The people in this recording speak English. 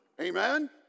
Amen